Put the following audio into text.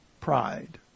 pride